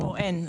אין.